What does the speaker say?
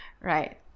Right